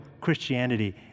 Christianity